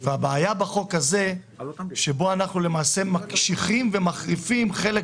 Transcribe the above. הבעיה בחוק הזה שבו אנחנו למעשה מקשיחים ומחריפים חלק